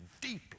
deeply